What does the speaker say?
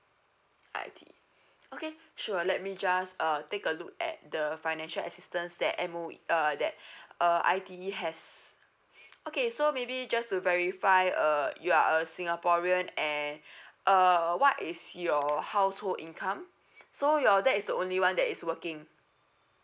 I_T_E okay sure let me just uh take a look at the financial assistance that M_O uh that uh I_T_E has okay so maybe just to verify uh you are a singaporean and uh what is your household income so your that is the only one that is working